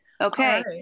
Okay